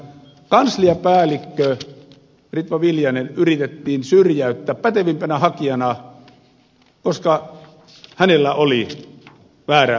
kansliapäällikkö ritva viljanen yritettiin syrjäyttää pätevimpänä hakijana koska hänellä oli väärä poliittinen ajattelu